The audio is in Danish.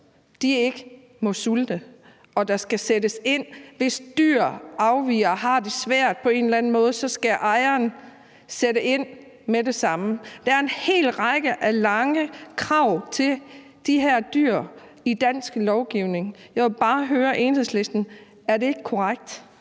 dyr ikke må sulte, og at der skal sættes ind, hvis dyr har en afvigende adfærd og har det svært på en eller anden måde – så skal ejeren sætte ind med det samme? Der er en hel række af omfattende krav i forhold til de her dyr i den danske lovgivning. Jeg vil bare høre Enhedslisten: Er det ikke korrekt?